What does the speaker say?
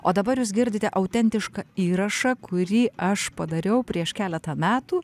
o dabar jūs girdite autentišką įrašą kurį aš padariau prieš keletą metų